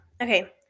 Okay